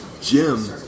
Jim